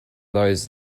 those